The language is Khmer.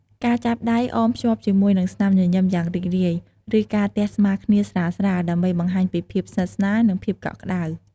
ការចាប់ដៃអាចអមភ្ជាប់ជាមួយនឹងស្នាមញញឹមយ៉ាងរីករាយ ឬការទះស្មាគ្នាស្រាលៗ ដើម្បីបង្ហាញពីភាពស្និទ្ធស្នាល និងភាពកក់ក្ដៅ។